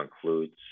concludes